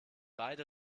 beide